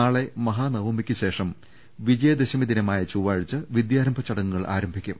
നാളെ മഹാനവമിയ്ക്കുശേഷം വിജയദശമി ദിന മായ ചൊവ്വാഴ്ച വിദ്യാരംഭ ചടങ്ങുകൾ ആരംഭിക്കും